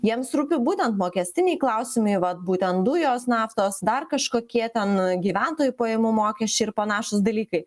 jiems rūpi būtent mokestiniai klausimai vat būtent dujos naftos dar kažkokie ten gyventojų pajamų mokesčiai ir panašūs dalykai